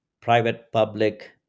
private-public